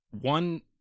one